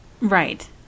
Right